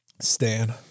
Stan